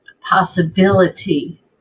possibility